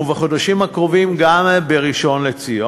ובחודשיים הקרובים גם בראשון-לציון,